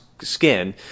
Skin